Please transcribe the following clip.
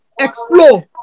explore